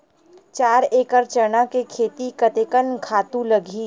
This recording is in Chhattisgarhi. चार एकड़ चना के खेती कतेकन खातु लगही?